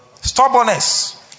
Stubbornness